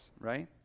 right